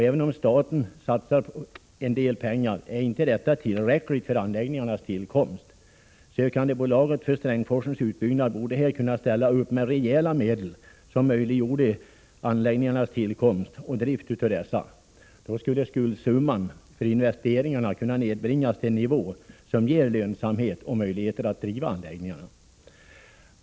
Även om staten satsar en del pengar är inte det tillräckligt för anläggningarnas tillkomst. Sökandebolaget för Strängsforsens utbyggnad borde kunna ställa upp med en rejäl summa, vilket skulle möjliggöra tillkomst och drift av anläggningarna. Då skulle också skuldsumman för investeringarna kunna nedbringas till en nivå som gjorde att driften av anläggningarna blev lönsam.